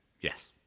Yes